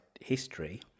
history